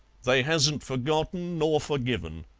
they hasn't forgotten nor forgiven.